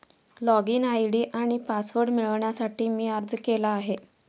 login ID आणि password मिळवण्यासाठी मी अर्ज केला आहे